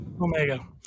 Omega